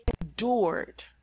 endured